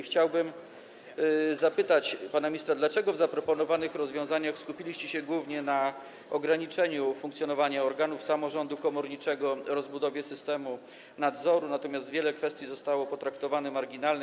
Chciałbym zapytać pana ministra, dlaczego w zaproponowanych rozwiązaniach skupiliście się głównie na ograniczeniu funkcjonowania organów samorządu komorniczego, rozbudowie systemu nadzoru, natomiast wiele kwestii zostało potraktowanych marginalnie.